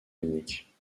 monique